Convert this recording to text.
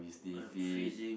we stay fit